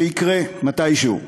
שיקרה מתישהו,